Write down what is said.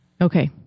Okay